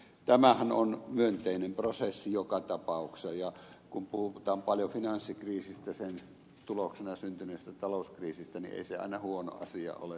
tämähän on myönteinen prosessi joka tapauksessa ja kun puhutaan paljon finanssikriisistä ja sen tuloksena syntyneestä talouskriisistä niin ei se aina huono asia ole